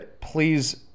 please